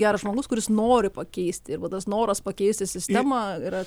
geras žmogus kuris nori pakeisti ir va tas noras pakeisti sistemą yra